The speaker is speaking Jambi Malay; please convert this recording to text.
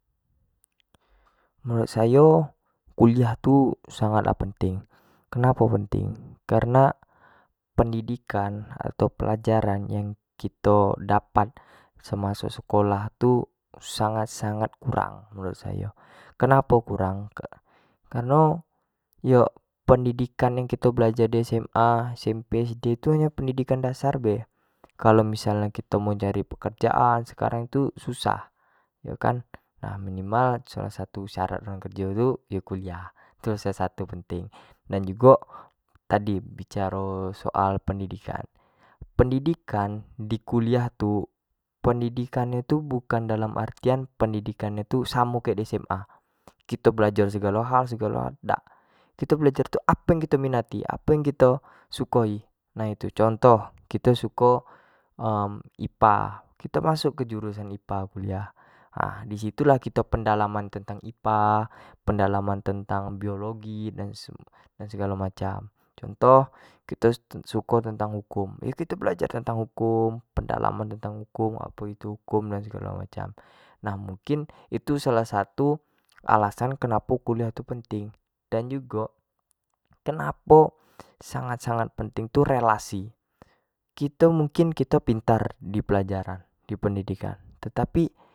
Menurut sayo kuliah tu sangta lah penting, kenapo penting karena pendidikan ataun pelajaran yang kito dapat semaso sekolah tu sangat-sanagt kurang menurut sayo, kenapo kurang kareno yo pendidikan yang kito belajar di sma, smp, sd tu hanyo pendidikan dasar be, kalua missal nyo kito mau cari pekerjaan sekarang tu susah tu kan, minimal salah satu syarat nyari kerjo tu yo kuliah itu lah salah satu penting dan jugo tadi bicaro soal pendidikan, pendidikan di kuliah tu, pendidikan nyo tu bukan dalam artian pendidikan nyo tun samo kayak di sma, kito belajar segalo hal-segalo hal dak, kito belajar tu apo yang kito minati, apo yang kito sukoi nah itu, contoh kito suko ipa kito masuk ke jurusan ipa kuliah nah di situ lah kito pendalaman tentan ipa, pendalaman tentang biologi dan segalo macam, contoh kito suko tentang hukum, iyo kito belajar tentang hukum, tentang pedalaman tentang hukum, apo itu hukum dan segalo macam, nah mungkin itu salah satu alas an kenapo kuliah tu penting dan jugo kenapo sangat-sangat penting relasi kito mungkin kito pintar di pelajaran di pendidikan tetapi.